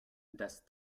das